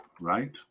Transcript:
right